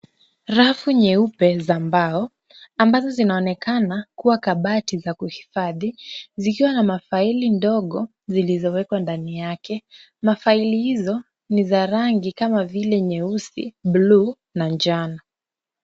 Rafu nyeupe za mbao, ambazo zinaonekana kuwa kabati za kuhifadhi, zikiwa na mafaili ndogo zilizowekwa ndani yake. Mafaili hizo ni za rangi kama vile nyeusi, buluu na njano.